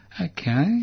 Okay